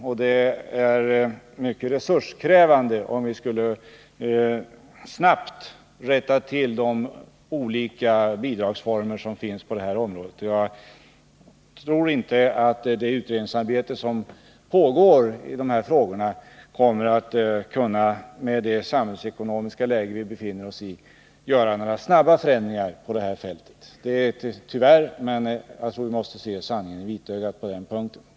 Åtgärder för att snabbt komma till rätta med det skulle bli mycket resurskrävande, och med tanke på det samhälls Om bättre balans ekonomiska läge som vi befinner oss i tror jag inte att det utredningsarbete — mellan tillgång som pågår kommer att resultera i förslag om att vi skall göra några snabba — och efterfrågan förändringar på det här fältet. Jag beklagar detta, men jag tror att vi måste se — på arbetskraft, sanningen i vitögat i det här avseendet.